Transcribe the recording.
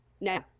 No